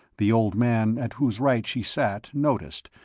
the old man at whose right she sat noticed,